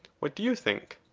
what do you think?